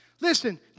Listen